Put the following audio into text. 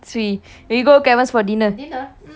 ya I think that's a good idea not bad